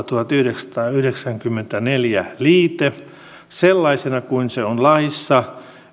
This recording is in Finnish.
tuhatyhdeksänsataayhdeksänkymmentäneljä liite sellaisena kuin se on laissa